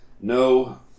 No